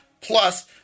plus